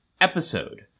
episode